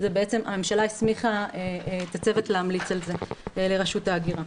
הממשלה הסמיכה את הצוות להמליץ על זה לרשות ההגירה.